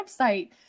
website